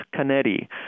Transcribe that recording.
Canetti